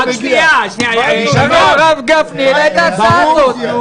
אני נמצא פה בשביל הדברים שאת העלית.